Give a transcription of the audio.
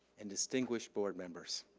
and distinguished board members.